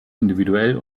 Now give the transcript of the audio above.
individuell